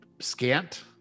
scant